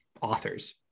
authors